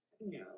No